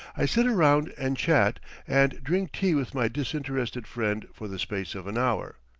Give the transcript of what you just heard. i sit around and chat and drink tea with my disinterested friend for the space of an hour.